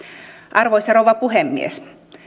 arvoisa rouva puhemies